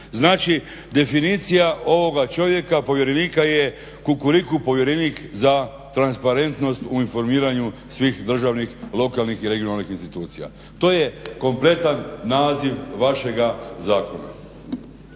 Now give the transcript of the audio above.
Znači definicija ovoga čovjeka povjerenika je kukuriku povjerenik za transparentnost u informiranju svih državnih, lokalnih i regionalnih institucija. To je kompletan naziv vašega zakona.